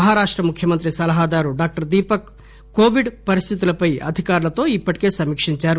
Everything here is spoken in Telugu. మహారాష్ట ముఖ్యమంత్రి సలహాదారు డాక్టర్ దీపక్ కోవిడ్ పరిస్దితులపై అధికారులతో ఇప్పటికే సమీక్షించారు